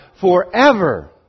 forever